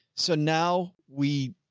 so now we,